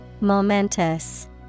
Momentous